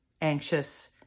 anxious